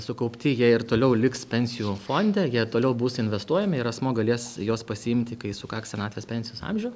sukaupti jie ir toliau liks pensijų fonde jie toliau bus investuojami ir asmuo galės juos pasiimti kai sukaks senatvės pensijos amžių